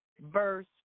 verse